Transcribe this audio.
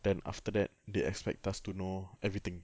then after that they expect us to know everything